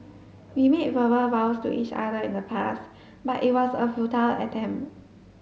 we made verbal vows to each other in the past but it was a futile attempt